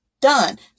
done